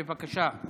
בבקשה.